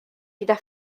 gyda